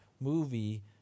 movie